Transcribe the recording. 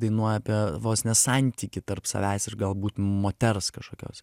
dainuoja apie vos ne santykį tarp savęs ir galbūt moters kažkokios